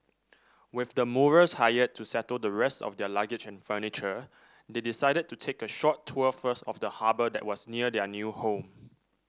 with the movers hired to settle the rest of their luggage and furniture they decided to take a short tour first of the harbour that was near their new home